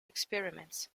experiments